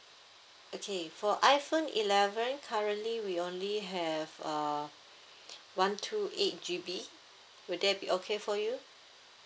okay for iphone eleven currently we only have uh one two eight G_B will that be okay for you